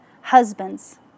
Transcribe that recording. Husbands